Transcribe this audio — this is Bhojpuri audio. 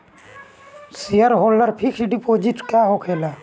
सेयरहोल्डर फिक्स डिपाँजिट का होखे ला?